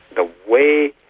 ah way